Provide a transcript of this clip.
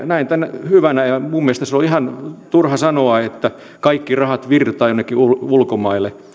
näen tämän hyvänä ja ja minun mielestäni on ihan turha sanoa että kaikki rahat virtaavat jonnekin ulkomaille